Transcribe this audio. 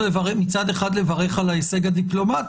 מצד אחד צריך לברך על ההישג הדיפלומטי,